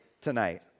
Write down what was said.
tonight